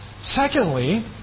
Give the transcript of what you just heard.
Secondly